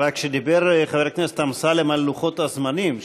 רק שחבר הכנסת אמסלם דיבר על לוחות-הזמנים,